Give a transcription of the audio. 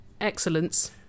excellence